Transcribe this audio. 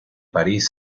parís